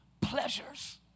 Pleasures